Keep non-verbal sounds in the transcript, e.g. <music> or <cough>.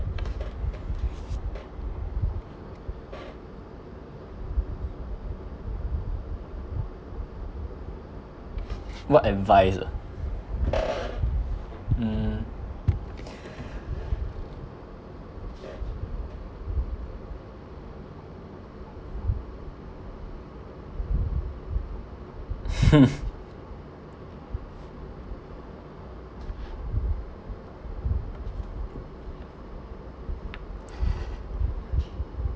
what advice ah mm <breath> <laughs>